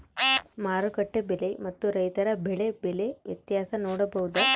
ಮಾರುಕಟ್ಟೆ ಬೆಲೆ ಮತ್ತು ರೈತರ ಬೆಳೆ ಬೆಲೆ ವ್ಯತ್ಯಾಸ ನೋಡಬಹುದಾ?